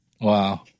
Wow